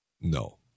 No